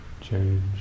Change